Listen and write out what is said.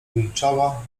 milczała